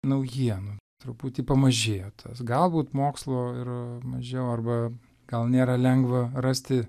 naujienų truputį pamažėjo tas galbūt mokslo ir mažiau arba gal nėra lengva rasti